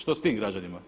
Što s tim građanima?